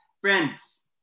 Friends